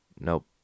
nope